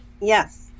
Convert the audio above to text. Yes